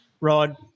Rod